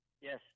Yes